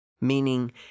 meaning